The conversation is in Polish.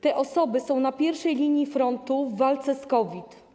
Te osoby są na pierwszej linii frontu w walce z COVID.